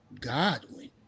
Godwin